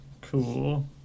cool